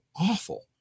awful